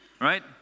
Right